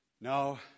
No